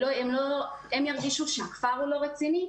הם ירגישו שהכפר לא רציני,